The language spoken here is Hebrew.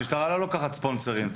המשטרה לא לוקחת ספונסרים.